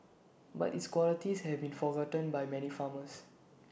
but its qualities have been forgotten by many farmers